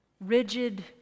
rigid